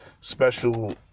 special